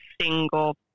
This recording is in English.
single